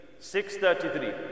633